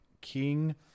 King